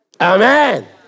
Amen